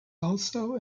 also